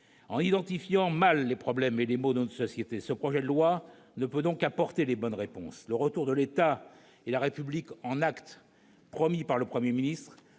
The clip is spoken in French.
une identification erronée des problèmes et des maux de notre société, ce projet de loi ne peut y apporter les bonnes réponses. Le retour de l'État et la « République en actes » promis par le Premier ministre,